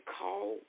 call